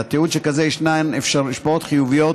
לתיעוד שכזה ישנן השפעות חיוביות,